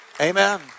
Amen